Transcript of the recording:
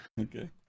Okay